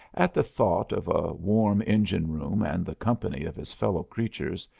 at the thought of a warm engine-room and the company of his fellow-creatures,